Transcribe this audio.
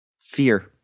Fear